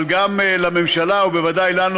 אבל גם לממשלה ובוודאי לנו,